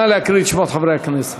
נא להקריא את שמות חברי הכנסת.